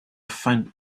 faint